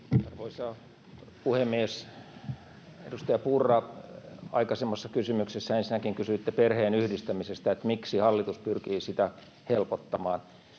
Arvoisa puhemies! Edustaja Purra, aikaisemmassa kysymyksessä ensinnäkin kysyitte perheenyhdistämisestä, miksi hallitus pyrkii sitä helpottamaan.